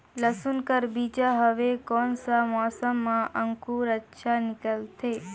लसुन कर बीजा हवे कोन सा मौसम मां अंकुर अच्छा निकलथे?